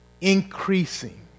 increasing